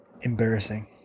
Embarrassing